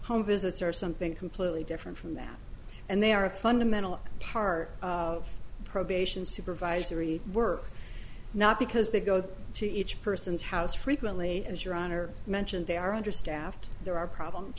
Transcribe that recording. home visits or something completely different from them and they are a fundamental part of probation supervisory work not because they go to each person's house frequently as your honor mentioned they are understaffed there are problems